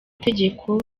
tegeko